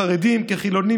חרדים כחילונים,